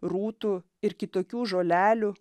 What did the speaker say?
rūtų ir kitokių žolelių